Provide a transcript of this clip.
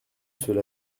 cela